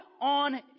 on